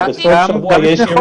אבל בסוף שבוע יש ירידה.